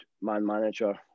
man-manager